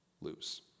lose